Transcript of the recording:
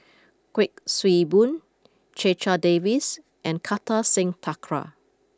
Kuik Swee Boon Checha Davies and Kartar Singh Thakral